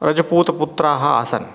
रजपूतपुत्राः आसन्